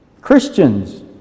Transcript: Christians